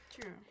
true